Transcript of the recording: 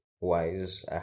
wise